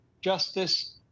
justice